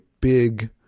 big